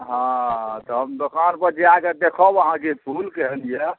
हँ तऽ हम दोकान पर जाए कऽ देखब अहाँके फूल केहन यऽ